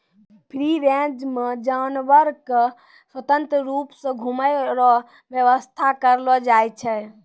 free range मे जानवर के स्वतंत्र रुप से घुमै रो व्याबस्था करलो जाय छै